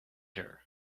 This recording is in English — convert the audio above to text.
her